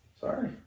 Sorry